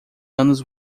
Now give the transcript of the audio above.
anos